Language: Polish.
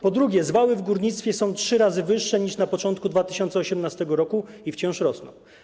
Po drugie, zwały w górnictwie są trzy razy wyższe niż na początku 2018 r. i wciąż rosną.